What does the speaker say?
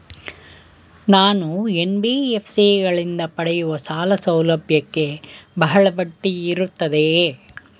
ನಾನು ಎನ್.ಬಿ.ಎಫ್.ಸಿ ಗಳಿಂದ ಪಡೆಯುವ ಸಾಲ ಸೌಲಭ್ಯಕ್ಕೆ ಬಹಳ ಬಡ್ಡಿ ಇರುತ್ತದೆಯೇ?